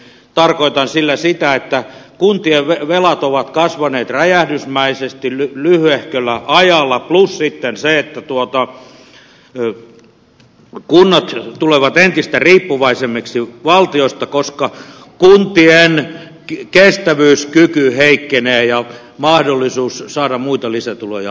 tarkoitan sillä sitä että kuntien velat ovat kasvaneet räjähdysmäisesti lyhyehköllä ajalla plus sitten sitä että kunnat tulevat entistä riippuvaisemmiksi valtiosta koska kuntien kestävyyskyky heikkenee ja mahdollisuus saada muita lisätuloja on rajoitettua